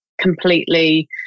completely